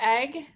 egg